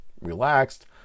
relaxed